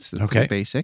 Okay